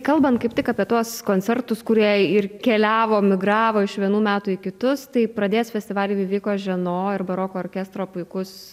kalbant kaip tik apie tuos koncertus kurie ir keliavo migravo iš vienų metų į kitus tai pradės festivalį viviko ženo ir baroko orkestro puikus